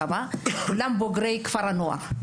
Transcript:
כולם בוגרי כפר נוער.